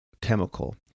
chemical